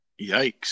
Yikes